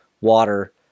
water